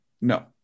No